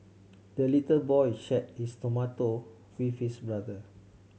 the little boy shared his tomato with his brother